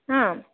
आम्